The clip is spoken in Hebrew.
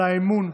על האמון,